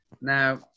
Now